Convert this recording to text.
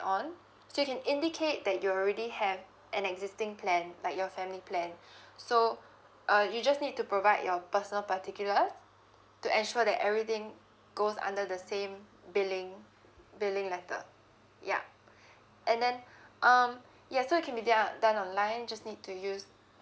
on so you can indicate that you're already have an existing plan like your family plan so uh you just need to provide your personal particulars to ensure that everything goes under the same billing billing letter yup and then um yes so it can be done done online just need to use